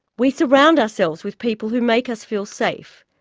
we surround ourselves with people who make us feel safe,